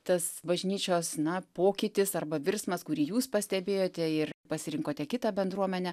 tas bažnyčios na pokytis arba virsmas kurį jūs pastebėjote ir pasirinkote kitą bendruomenę